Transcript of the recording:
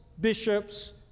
bishops